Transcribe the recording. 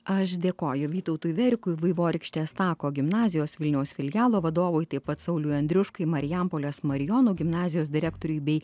aš dėkoju vytautui verikui vaivorykštės tako gimnazijos vilniaus filialo vadovui taip pat sauliui andriuškai marijampolės marijonų gimnazijos direktoriui bei